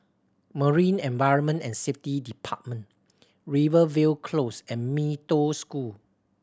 Marine Environment and Safety Department Rivervale Close and Mee Toh School